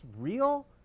real